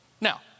Now